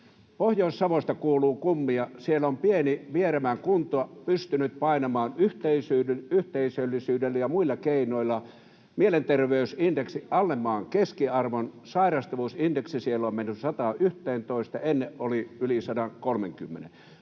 Pohjois-Savosta kuulua kummia: Siellä on pieni Vieremän kunta pystynyt painamaan yhteisöllisyydellä ja muilla keinoilla mielenterveysindeksin alle maan keskiarvon. Sairastavuusindeksi siellä on mennyt 111:een, ennen oli yli 130:n.